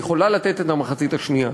יכולה לתת את המחצית השנייה.